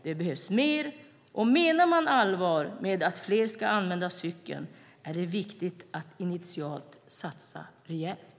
Det behövs mer, och menar man allvar med att fler ska använda cykeln är det viktigt att initialt satsa rejält.